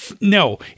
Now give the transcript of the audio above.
No